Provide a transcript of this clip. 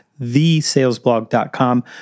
thesalesblog.com